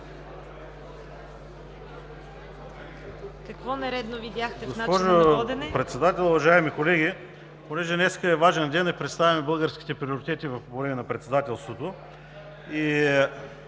Какво нередно видяхте в начина на водене?